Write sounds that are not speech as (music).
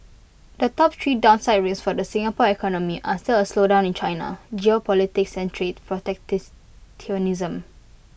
the top three downside risks for the Singapore economy are still A slowdown in China geopolitics and trade (unintelligible)